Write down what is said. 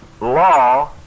law